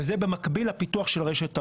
וזה במקביל לפיתוח של רשת ההולכה.